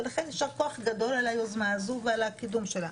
ולכן יישר כוח גדול על היוזמה הזו ועל הקידום שלה,